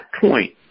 point